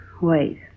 Wait